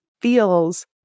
feels